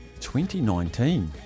2019